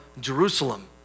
Jerusalem